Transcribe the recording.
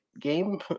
game